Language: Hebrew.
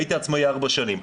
הייתי עצמאי ארבע שנים.